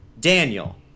Daniel